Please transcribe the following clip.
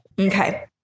Okay